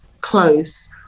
close